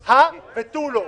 זה הא ותו לא.